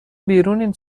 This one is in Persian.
بیرونین